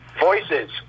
voices